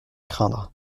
craindre